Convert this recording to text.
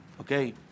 okay